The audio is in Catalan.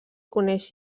coneix